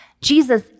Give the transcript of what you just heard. Jesus